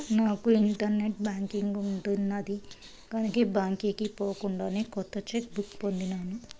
నాకు internet banking ఉండిన్నాది కనుకే బాంకీకి పోకుండానే కొత్త చెక్ బుక్ పొందినాను